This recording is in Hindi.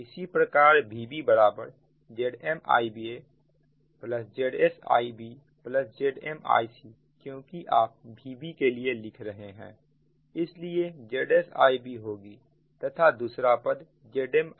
इसी प्रकार Vb ZmIaZsIbZmIcक्योंकि आप Vbके लिए लिख रहे हैं इसलिए ZsIbहोगी तथा दूसरा पद ZmIaZmIcहोगी